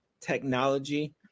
technology